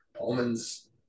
almonds